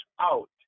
out